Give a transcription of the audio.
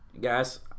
Guys